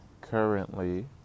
currently